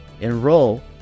Enroll